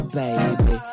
baby